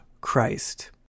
Christ